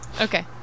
Okay